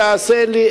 תעשה לי,